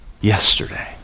yesterday